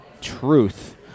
truth